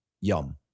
yum